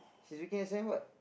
she's looking at the signboard